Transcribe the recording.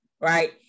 right